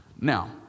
Now